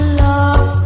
love